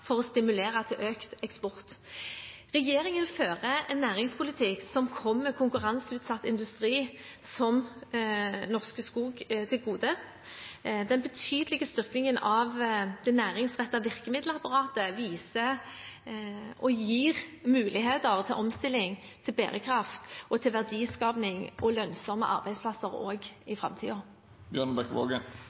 for å stimulere til økt eksport. Regjeringen fører en næringspolitikk som kommer konkurranseutsatt industri, som Norske Skog, til gode. Den betydelige styrkingen av det næringsrettede virkemiddelapparatet viser og gir muligheter til omstilling, til bærekraft og til verdiskaping og lønnsomme arbeidsplasser også i